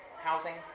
housing